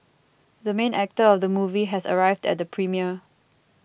the main actor of the movie has arrived at the premiere